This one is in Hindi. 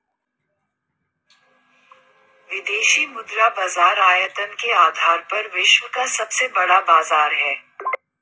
विदेशी मुद्रा बाजार आयतन के आधार पर विश्व का सबसे बड़ा बाज़ार है